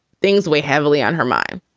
things weigh heavily on her mind,